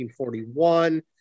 1941